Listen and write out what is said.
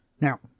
Now